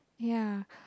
ya